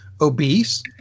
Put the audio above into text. obese